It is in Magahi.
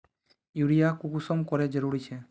यूरिया कुंसम करे जरूरी छै?